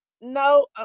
No